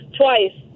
twice